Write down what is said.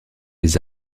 les